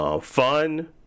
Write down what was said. Fun